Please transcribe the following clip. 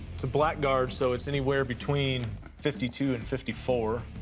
it's a black guard, so it's anywhere between fifty two and fifty four.